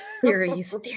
theories